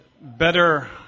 better